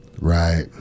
Right